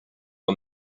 are